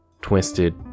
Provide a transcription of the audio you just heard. twisted